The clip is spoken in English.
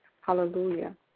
Hallelujah